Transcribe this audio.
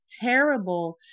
terrible